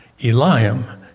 Eliam